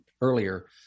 earlier